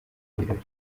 birori